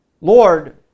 Lord